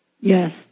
Yes